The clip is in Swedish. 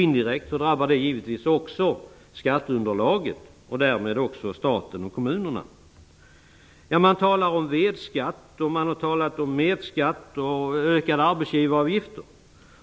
Indirekt drabbar det givetvis också skatteunderlaget och därmed också staten och kommunerna. Man talar om vedskatt, medskatt och ökade arbetsgivaravgifter.